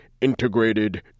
integrated